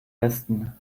besten